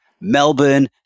Melbourne